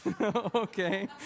okay